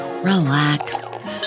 relax